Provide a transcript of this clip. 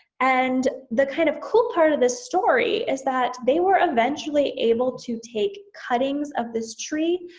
and the kind of cool part of this story is that they were eventually able to take cuttings of this tree,